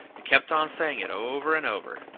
and kept on saying it over and over,